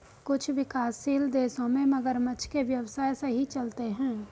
कुछ विकासशील देशों में मगरमच्छ के व्यवसाय सही चलते हैं